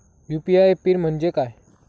UPI pin म्हणजे काय?